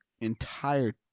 entire